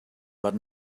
but